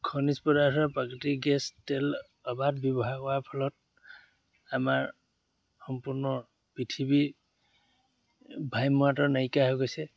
খনিজ পদাৰ্থৰ প্ৰাকৃতিক গেছ তেল অবাধ ব্যৱহাৰ কৰাৰ ফলত আমাৰ সম্পূৰ্ণ পৃথিৱীৰ ভাৰসাম্যতা নাইকিয়া হৈ গৈছে